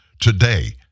today